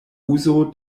uzo